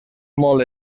molt